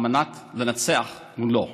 על מנת לנצח מולו.